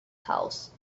house